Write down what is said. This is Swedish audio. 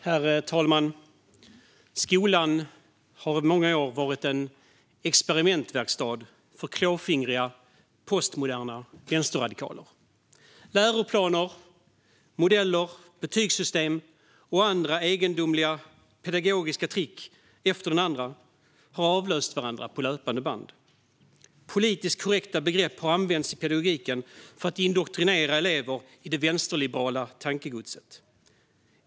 Herr talman! Skolan har i många år varit en experimentverkstad för klåfingriga, postmoderna vänsterradikaler. Läroplaner, modeller, betygssystem och det ena egendomliga pedagogiska tricket efter det andra har avlöst varandra på löpande band. Politiskt korrekta begrepp har använts i pedagogiken för att indoktrinera elever i det vänsterliberala tankegodset.